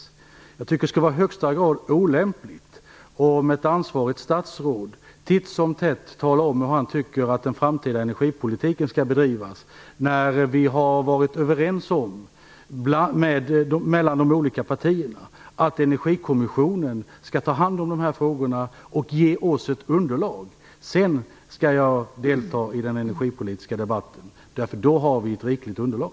Jag tycker att det skulle vara i högsta grad olämpligt att om ett ansvarigt statsråd titt som tätt talade om hur han tycker att den framtida energipolitiken skall bedrivas när vi mellan de olika partierna har varit överens om att Energikommissionen skall ta hand om dessa frågor och ge oss ett underlag. När det har skett skall jag delta i den energipolitiska debatten, eftersom vi då har ett riktigt underlag.